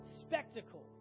spectacle